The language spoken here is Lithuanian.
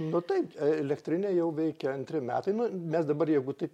nu taip elektrinė jau veikia antri metai nu mes dabar jeigu taip